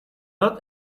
not